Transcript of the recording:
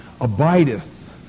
abideth